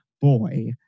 boy